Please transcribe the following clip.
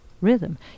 rhythm